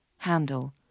handle